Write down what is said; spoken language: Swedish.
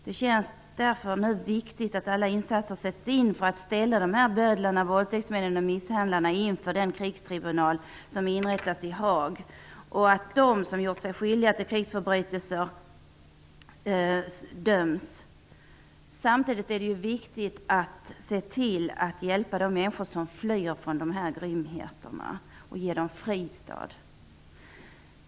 Därför är det viktigt att alla insatser nu sätts in för att ställa dessa bödlar, våldtäktsmän och misshandlare inför den krigstribunal som har inrättats i Haag och att de som har gjort sig skyldiga till krigsförbrytelser döms. Samtidigt är det viktigt att man hjälper de människor som flyr från dessa grymheter och ger dem en fristad.